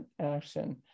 action